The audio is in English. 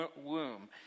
womb